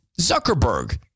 Zuckerberg